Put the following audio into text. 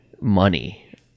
money